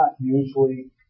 usually